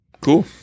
Cool